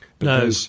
No